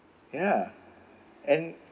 ya and